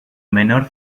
menor